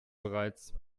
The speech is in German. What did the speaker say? bereits